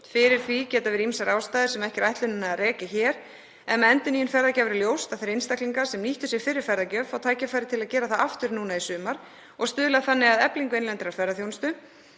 Fyrir því geta verið ýmsar ástæður sem ekki er ætlunin að rekja hér, en með endurnýjun ferðagjafar er ljóst að þeir einstaklingar sem nýttu sér fyrri ferðagjöf fá tækifæri til að gera það aftur núna í sumar og stuðla þannig að eflingu innlendrar ferðaþjónustu